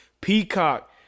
Peacock